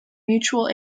mutual